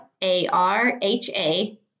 A-R-H-A